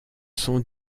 sont